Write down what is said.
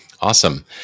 Awesome